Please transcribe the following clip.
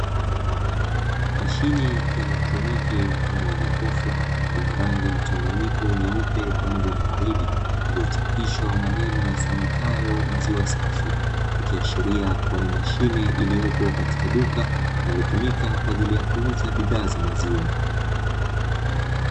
Mashine ya kieletroniki mfano wa jokofu yenye rangi mchanganyiko nyeupe pamoja na waridi, iliyochapishwa maneno yasomekayo "maziwa, safi" ikiashiria kuwa ni mashine iliyopo katika duka linalotumika kwajili ya kuuza bidhaa za maziwa.